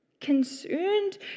concerned